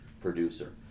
producer